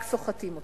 רק סוחטים אותם.